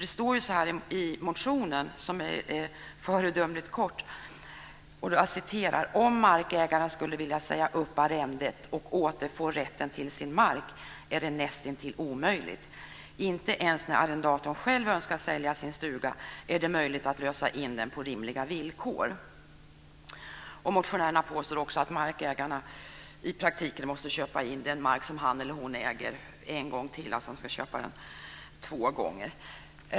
Det står så här i motionen som är föredömligt kort: "Om markägaren skulle vilja säga upp arrendet och återfå rätten till sin mark är det näst intill omöjligt. Inte ens när arrendatorn själv önskar sälja sin stuga är det möjligt att lösa in den på rimliga villkor." Motionärerna påstår också att markägarna i praktiken måste köpa in den mark som han eller hon äger en gång till. Man ska alltså köpa den två gånger.